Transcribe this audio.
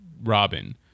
Robin